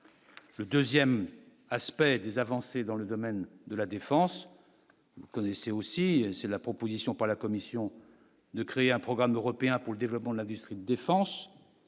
le 2ème aspect des avancées dans le domaine de la défense connaissez aussi, c'est la proposition par la Commission de créer un programme européen pour le développement de l'industrie de défense,